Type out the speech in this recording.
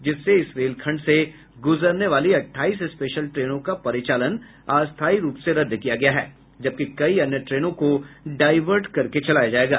जिससे इस रेलखंड से गुजरने वाली अट्ठाईस स्पेशल ट्रेनों का परिचालन अस्थाई रूप से रद्द किया गया है जबकि कई अन्य ट्रेनों को डायवर्ट करके चलाया जाएगा